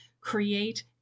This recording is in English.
create